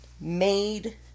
made